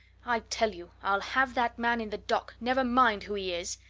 i tell you, i'll have that man in the dock never mind who he is!